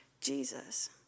Jesus